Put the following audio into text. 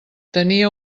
tenia